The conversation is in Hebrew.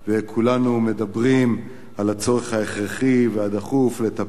כולנו מדברים על הצורך ההכרחי והדחוף לטפל